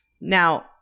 Now